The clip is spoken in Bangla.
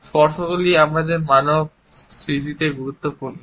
স্পর্শগুলি আমাদের মানব স্মৃতিতে গুরুত্বপূর্ণ